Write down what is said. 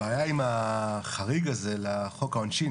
הבעיה עם החריג הזה לחוק העונשין,